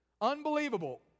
Unbelievable